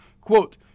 Quote